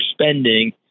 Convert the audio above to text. spending